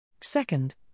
Second